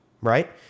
right